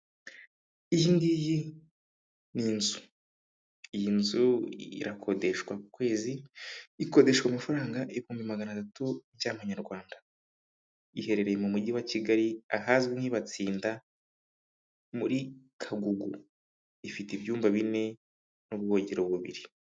Iyi ngiyi ni inzu, iyi nzu irakodeshwa, ku kwezi ikodeshwa amafaranga ibihumbi magana atatu bya'amanyarwanda, iherereye mu mujyi wa Kigali ahazwi nk'Ibatsinda muri Kagugu ifite ibyumba bine n'ubwogero bubiri.